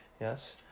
yes